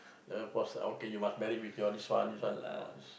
never force her ah okay you must married with your this one this one no I just